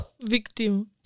Victim